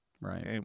Right